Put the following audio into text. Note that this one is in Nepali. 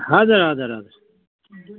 हजुर हजुर हजुर